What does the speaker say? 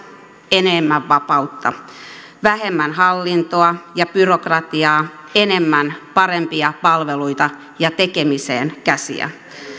enemmän vapautta vähemmän hallintoa ja byrokratiaa enemmän parempia palveluita ja tekemiseen käsiä